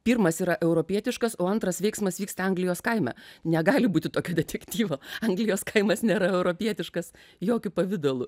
pirmas yra europietiškas o antras veiksmas vyksta anglijos kaime negali būti tokia detektyvo anglijos kaimas nėra europietiškas jokiu pavidalu